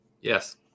Yes